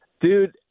dude